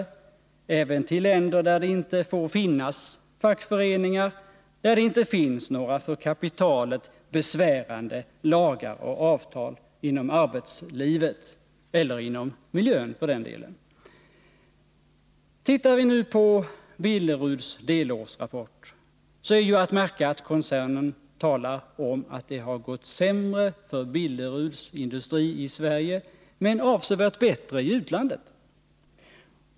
Man flyttar även till länder där det inte får finnas fackföreningar, där det inte finns några för kapitalet besvärande lagar och avtal inom arbetslivet eller på miljöområdet. Tittar vi nu på Billeruds delårsrapport, så är att märka att koncernen talar om att det har gått sämre för Billeruds industri i Sverige, men avsevärt bättre i utlandet.